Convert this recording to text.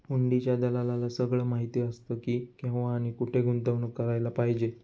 हुंडीच्या दलालाला सगळं माहीत असतं की, केव्हा आणि कुठे गुंतवणूक करायला पाहिजे